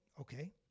okay